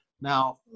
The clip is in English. Now